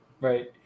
right